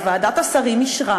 הרי ועדת השרים אישרה